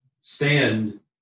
stand